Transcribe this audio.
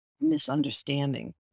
misunderstanding